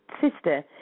sister